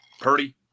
Purdy